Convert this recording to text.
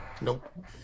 Nope